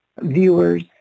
viewers